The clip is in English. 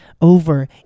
over